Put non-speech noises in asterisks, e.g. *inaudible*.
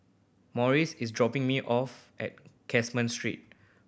Marius is dropping me off at *unintelligible* Street